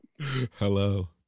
Hello